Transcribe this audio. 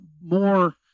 more